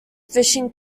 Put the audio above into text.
fishing